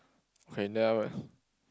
okay